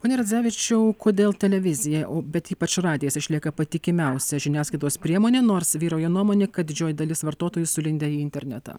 pone radzevičiau kodėl televizija o bet ypač radijas išlieka patikimiausia žiniasklaidos priemone nors vyrauja nuomonė kad didžioji dalis vartotojų sulindę į internetą